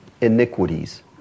iniquities